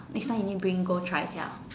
next time you need bring me go try can or not